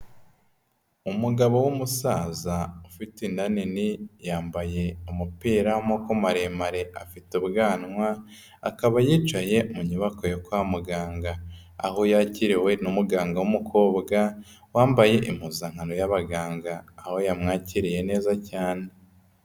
Umugabo w'umusaza ufite inda nini yambaye umupira w'amaboko maremare, afite ubwanwa akaba yicaye mu nyubako yo kwa muganga, aho yakiriwe n'umuganga w'umukobwa wambaye impuzankano y'abaganga aho yamwakiriye neza cyane.